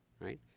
right